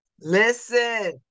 Listen